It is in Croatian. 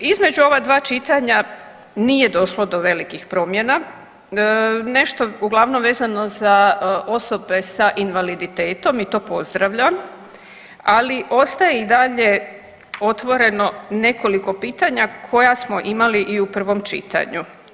Između ova dva čitanja nije došlo do velikih promjena, nešto uglavnom vezano za osobe sa invaliditetom i to pozdravljam, ali ostaje i dalje otvoreno nekoliko pitanja koja smo imali i u prvom čitanju.